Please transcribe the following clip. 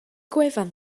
gwefan